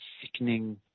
sickening